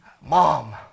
Mom